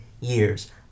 years